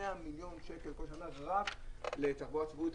100 מיליון שקל בכל שנה רק לתחבורה הציבורית.